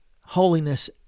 holiness